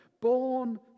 born